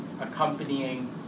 accompanying